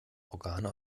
organe